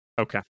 Okay